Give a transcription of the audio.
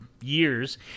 years